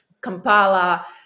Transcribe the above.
Kampala